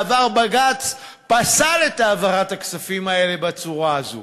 בעבר בג"ץ פסל את העברת הכספים האלה בצורה הזו,